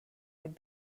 would